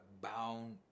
bound